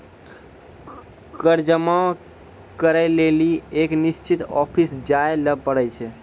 कर जमा करै लेली एक निश्चित ऑफिस जाय ल पड़ै छै